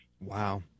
Wow